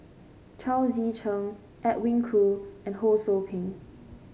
Chao Tzee Cheng Edwin Koo and Ho Sou Ping